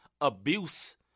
abuse